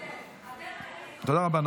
תודה רבה.